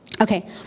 Okay